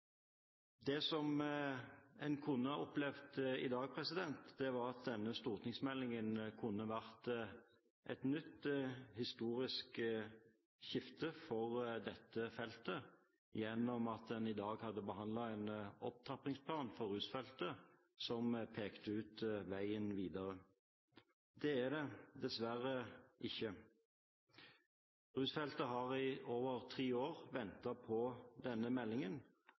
Det som en kunne ha opplevd i dag, var at denne stortingsmeldingen hadde vært et nytt, historisk skifte for dette feltet gjennom at en i dag hadde behandlet en opptrappingsplan for rusfeltet som pekte ut veien videre. Det er den dessverre ikke. Innen rusfeltet har en i over ti år ventet på denne meldingen,